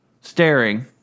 staring